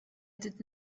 did